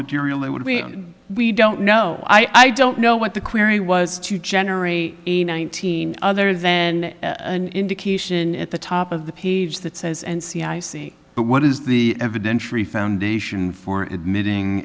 material it would be we don't know i don't know what the query was to generate a nineteen other then an indication at the top of the page that says and see i see but what is the evidentiary foundation for admitting